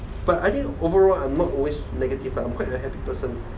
but I think overall I'm not always negative lah I'm quite a happy person